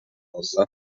rosa